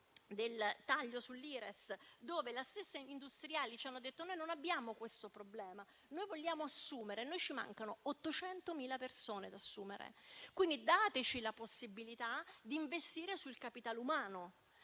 del taglio sull'Ires, su cui gli stessi industriali ci hanno detto che non hanno questo problema, vogliono assumere, e mancano 800.000 persone da assumere. Quindi, vogliono la possibilità di investire sul capitale umano,